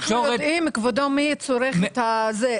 כבודו, מי צורך את השירות?